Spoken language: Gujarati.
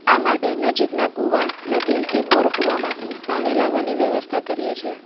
આ માટે નજીકના કુવા નદી કે બોર કુવામાંથી પાણી લાવવાની વ્યવસ્થા કરીએ છીએ